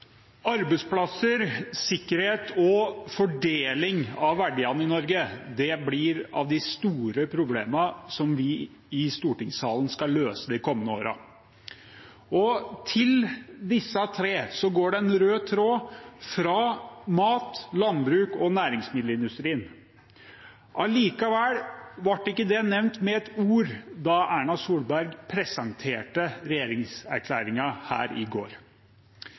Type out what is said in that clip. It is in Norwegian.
Arbeidsplasser, sikkerhet og fordeling av verdiene i Norge blir av de store problemene som vi i stortingssalen skal løse de kommende årene. Til disse tre går det en rød tråd fra mat, landbruk og næringsmiddelindustrien. Allikevel ble ikke det nevnt med et ord da Erna Solberg presenterte regjeringserklæringen i går.